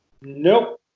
Nope